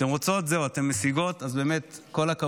אתן רוצות, זהו, אתן משיגות, אז באמת כל הכבוד.